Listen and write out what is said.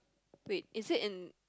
wait is it in